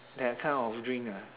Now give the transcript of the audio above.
that kind of drink ah